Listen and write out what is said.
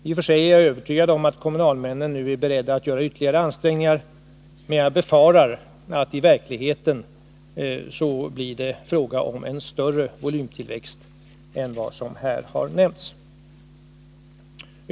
I och för sig är jag övertygad om att kommunalmännen nu är beredda att göra ytterligare ansträngningar, men jag befarar att det i verkligheten blir fråga om en större volymtillväxt än vad som här har nämnts.